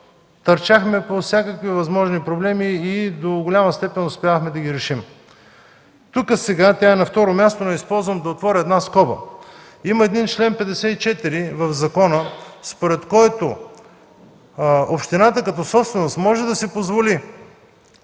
търчахме по всякакви възможни проблеми и до голяма степен успявахме да ги решим. Тя е на второ място, но използвам възможността да отворя една скоба. Има един чл. 54 в закона, според който общината като собственик може да си позволи